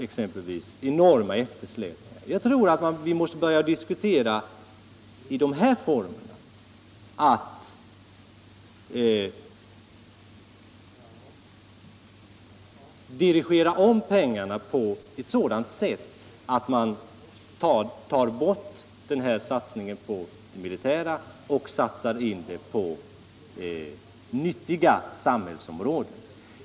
Jag anser att vi nu måste börja diskutera en omdirigering av pengarna, så att man tar bort satsningen på det militära och i stället låter pengarna gå till nyttiga samhällsområden.